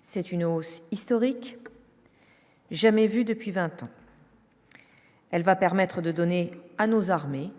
c'est une hausse historique. Jamais vu depuis 20 ans. Elle va permettre de donner à nos armées